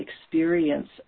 experience